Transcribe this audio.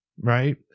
right